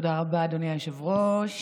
תודה רבה, אדוני היושב-ראש.